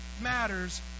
matters